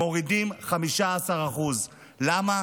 מורידים 15%. למה?